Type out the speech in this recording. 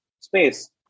Space